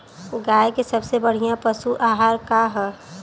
गाय के सबसे बढ़िया पशु आहार का ह?